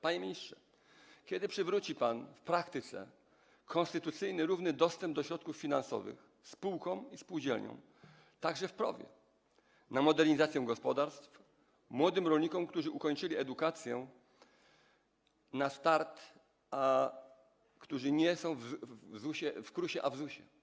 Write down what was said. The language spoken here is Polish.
Panie ministrze, kiedy przywróci pan w praktyce konstytucyjny równy dostęp do środków finansowych spółkom i spółdzielniom także w PROW, na start, na modernizację gospodarstw młodym rolnikom, którzy ukończyli edukację, którzy nie są w KRUS, a w ZUS?